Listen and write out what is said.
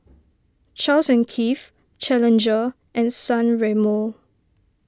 Charles and Keith Challenger and San Remo